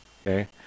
Okay